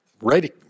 ready